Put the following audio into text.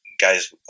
Guys